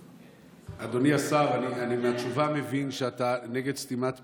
אדוני השר, מהתשובה אני מבין שאתה נגד סתימת פיות.